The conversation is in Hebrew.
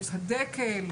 עץ הדקל,